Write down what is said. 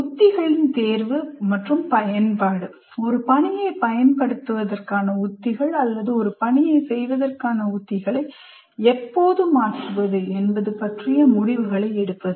உத்திகளின் தேர்வு மற்றும் பயன்பாடு ஒரு பணியைப் பயன்படுத்துவதற்கான உத்திகள் அல்லது ஒரு பணியைச் செய்வதற்கான உத்திகளை எப்போது மாற்றுவது என்பது பற்றிய முடிவுகளை எடுப்பது